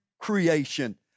creation